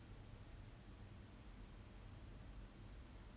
like what else can I say how else can they justify it